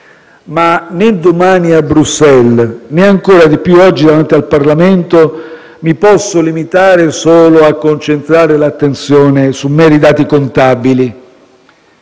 Ma né domani a Bruxelles, né ancora di più oggi davanti al Parlamento, mi posso limitare a concentrare l'attenzione solo su meri dati contabili.